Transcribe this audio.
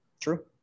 True